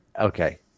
Okay